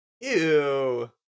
Ew